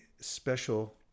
special